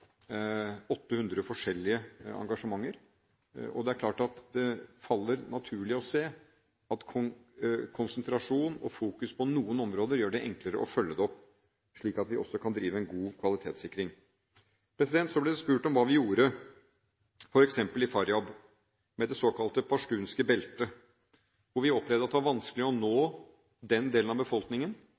800 forskjellige engasjementer. Det er klart at det faller naturlig å se at konsentrasjon og fokus på noen områder gjør det enklere å følge det opp, slik at vi også kan drive en god kvalitetssikring. Så ble det spurt om hva vi gjorde, f.eks. i Faryab med det såkalte pashtunske beltet, hvor vi opplevde at det var vanskelig å nå den delen av befolkningen,